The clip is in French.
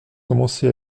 commencé